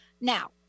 Now